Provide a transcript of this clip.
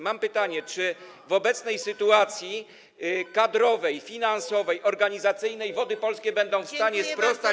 Mam pytanie: Czy w obecnej sytuacji kadrowej, finansowej, organizacyjnej Wody Polskie będą w stanie sprostać.